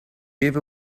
give